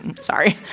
Sorry